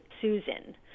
Susan